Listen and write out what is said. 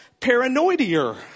paranoidier